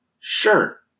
Sure